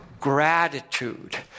gratitude